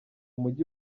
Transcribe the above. mujyi